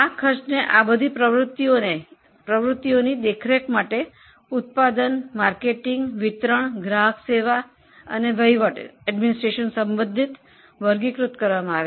ખર્ચને ઉત્પાદન માર્કેટિંગ વિતરણ ગ્રાહક સેવા વહીવટ સંશોધન અને વિકાસ સંબંધિત પ્રવૃત્તિઓમાં વર્ગીકૃત કરવામાં આવે છે